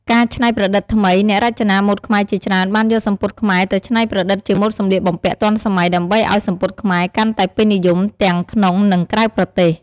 ការច្នៃប្រឌិតថ្មី អ្នករចនាម៉ូដខ្មែរជាច្រើនបានយកសំពត់ខ្មែរទៅច្នៃប្រឌិតជាម៉ូដសម្លៀកបំពាក់ទាន់សម័យដើម្បីឲ្យសំពត់ខ្មែរកាន់តែពេញនិយមទាំងក្នុងនិងក្រៅប្រទេស។